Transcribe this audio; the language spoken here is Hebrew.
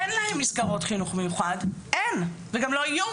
שאין להם מסגרות חינוך מיוחד אין, וגם לא יהיו